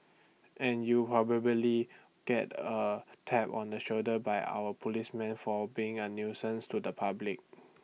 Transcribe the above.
and you probably get A tap on the shoulder by our policemen for being A nuisance to the public